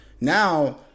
Now